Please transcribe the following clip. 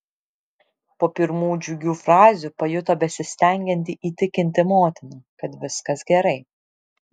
po pirmų džiugių frazių pajuto besistengianti įtikinti motiną kad viskas gerai